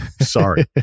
sorry